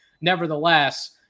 Nevertheless